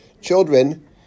children